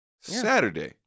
Saturday